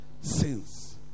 sins